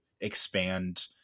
expand